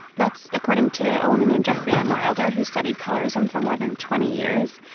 that's according to a woman named jeffrianne wilder, who's studied colorism for more than twenty years.